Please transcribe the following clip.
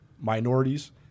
minorities